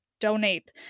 donate